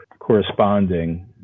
Corresponding